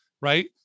right